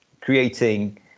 creating